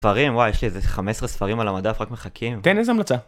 ספרים? וואי, יש לי איזה 15 ספרים על המדף, רק מחכים. תן איזו המלצה.